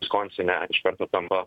skonsine iš karto tampa